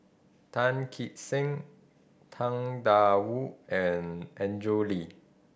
Tan Kee Sek Tang Da Wu and Andrew Lee